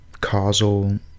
causal